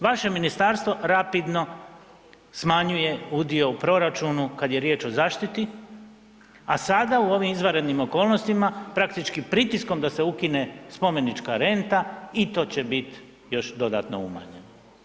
Vaše ministarstvo rapidno smanjuje udio u proračunu kada je riječ o zaštiti, a sada u ovim izvanrednim okolnostima praktički pritiskom da se ukine spomenička renta i to će biti još dodatno umanjeno.